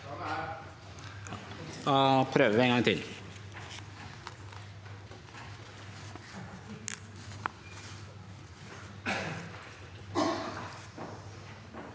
prøver vi en gang til.